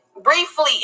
briefly